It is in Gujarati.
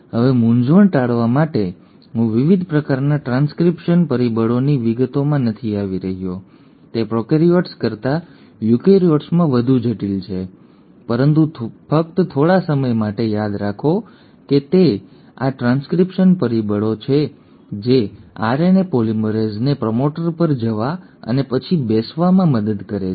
હવે મૂંઝવણ ટાળવા માટે હું વિવિધ પ્રકારના ટ્રાન્સક્રિપ્શન પરિબળોની વિગતોમાં નથી આવી રહ્યો તે પ્રોકેરિઓટ્સ કરતા યુકેરીયોટ્સમાં વધુ જટિલ છે પરંતુ ફક્ત થોડા સમય માટે યાદ રાખો કે તે આ ટ્રાન્સક્રિપ્શન પરિબળો છે જે આરએનએ પોલિમરેઝને પ્રમોટર પર જવા અને પછી બેસવામાં મદદ કરે છે